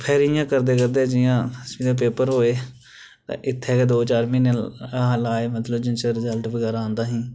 फिर इंया करदे करदे जियां दसमीं दे पेपर होए ते इत्थें गै दो चार म्हीने लाए मतलब कि जिन्ने चिर रिजल्ट बगैरा आंदा ही